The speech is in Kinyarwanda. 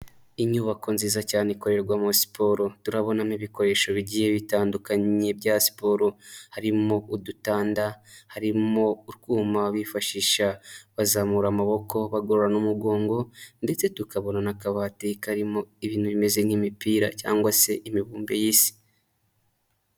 Inyubako nziza cyane ikorerwamo siporo, turabonamo ibikoresho bigiye bitandukanye bya siporo, harimo udutanda, harimo utwuma bifashisha bazamura amaboko, bagororana n'umugongo ndetse tukabona n'akabati karimo ibintu bimeze nk'imipira cyangwa se imibumbe y'isi.